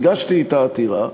הגשתי את העתירה,